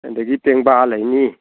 ꯑꯗꯒꯤ ꯄꯦꯡꯕꯥ ꯂꯩꯅꯤ